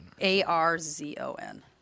A-R-Z-O-N